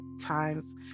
times